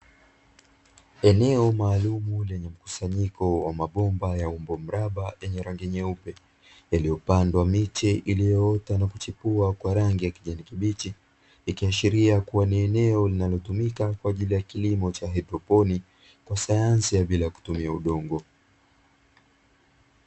Eneo maalumu lenye mkusanyiko wa mabomba ya umbo mraba yenye rangi nyeupe yaliyopandwa miche iliyoota na kuchipua kwa rangi ya kijani kibichi. ikiashiria kua ni eneo linalotumika kwa ajili ya kilimo ya hydroponi kwa sayansi ya bila kutumia udongo.